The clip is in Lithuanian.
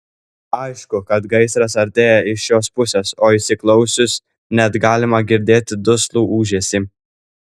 aišku kad gaisras artėja iš šios pusės o įsiklausius net galima girdėti duslų ūžesį